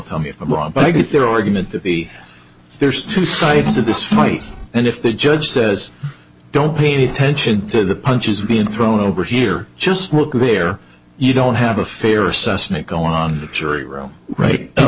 tell me if i'm wrong but i get their argument that the there's two sides to this fight and if the judge says don't pay any attention to the punches being thrown over here just look there you don't have a fair assessment going on the jury room right